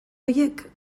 horiek